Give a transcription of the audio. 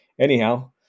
anyhow